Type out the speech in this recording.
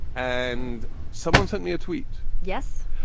and someone sent me a tweet. yes.